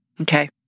Okay